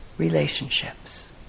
relationships